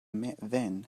then